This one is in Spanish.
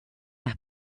las